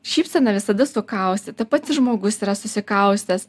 šypsena visada sukaustyta pats ir žmogus yra susikaustęs